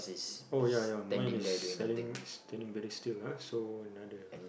oh ya ya mine is selling standing very still so another